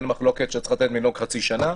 אין מחלוקת שצריך לתת לנהוג חצי שנה.